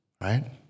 right